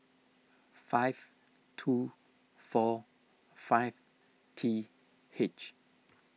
five two four five T H